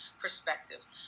perspectives